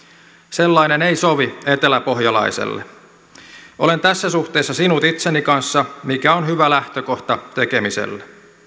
sellainen ei sovi eteläpohjalaiselle olen tässä suhteessa sinut itseni kanssa mikä on hyvä lähtökohta tekemiselle